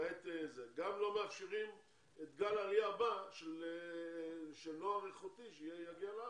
גם לא מאפשרים את גל העלייה הבא של נוער איכותי שיגיע לארץ.